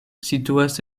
situas